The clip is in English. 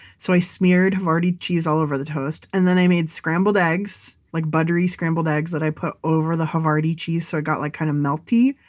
so i smeared havarti cheese all over the toast. and then i made scrambled eggs, like buttery scrambled eggs that i put over the havarti cheese. so it got like kind of melty.